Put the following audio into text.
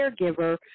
caregiver